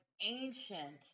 ancient